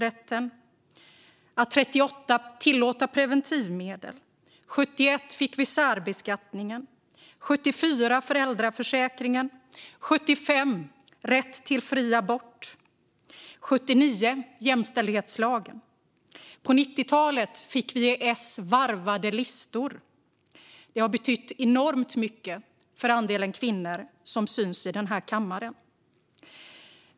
År 1938 tilläts preventivmedel, 1971 fick vi särbeskattning, 1974 fick vi föräldraförsäkringen, 1975 fick vi rätt till fri abort och 1979 fick vi jämställdhetslagen. På 90-talet fick vi i S varvade listor, vilket har betytt enormt mycket för andelen kvinnor som syns i den här kammaren.